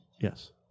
Yes